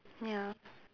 ya